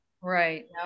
Right